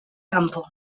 kanpo